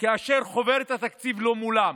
כאשר חוברת התקציב לא מולם,